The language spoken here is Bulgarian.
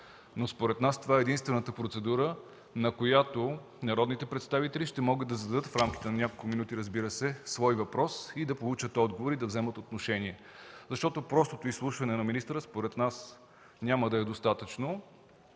Според нас това е единствената процедура, при която народните представители ще могат да зададат, разбира се, в рамките на няколко минути, свой въпрос, да получат отговор и да вземат отношение. Защото просто при изслушване на министъра, според нас няма да е достатъчно.